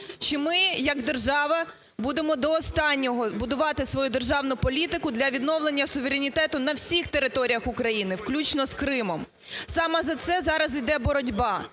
чи ми як держава будемо до останнього будувати свою державну політику для відновлення суверенітету на всіх територіях України, включно з Кримом? Саме за це зараз іде боротьба.